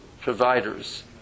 providers